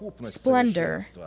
splendor